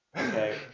Okay